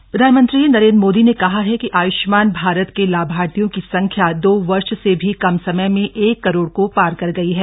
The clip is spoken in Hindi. आयष्मान भारत प्रधानमंत्री नरेन्द्र मोदी ने कहा है कि आय्ष्मान भारत के लाभार्थियों की संख्या दो वर्ष से भी कम समय में एक करोड़ को पार कर गई है